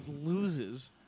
Loses